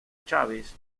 chávez